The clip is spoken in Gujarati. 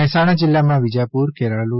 મહેસાણા જિલ્લામાં વિજાપુર ખેરાલું